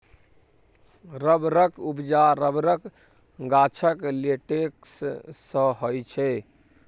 रबरक उपजा रबरक गाछक लेटेक्स सँ होइ छै